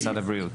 משרד הבריאות.